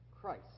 Christ